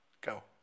Go